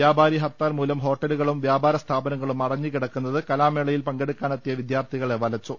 വ്യാപാരി ഹർത്താൽമൂലം ഹോട്ടലുകളും വ്യാപാര സ്ഥാപനങ്ങളും അടഞ്ഞുകിടക്കുന്നത് കലാമേളയിൽ പങ്കെടുക്കാ നെത്തിയ വിദ്യാർത്ഥികളെ വലച്ചു